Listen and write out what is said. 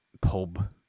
pub